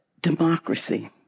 democracy